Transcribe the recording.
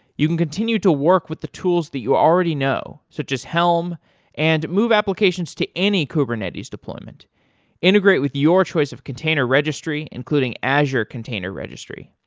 you can continue to work with the tools that you already know, so just helm and move applications to any kubernetes deployment integrate with your choice of container registry, including azure container registry.